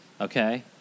Okay